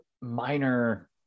minor